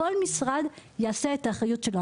כל משרד יעשה את האחריות שלו,